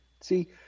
see